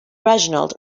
reginald